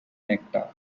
nectar